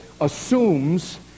assumes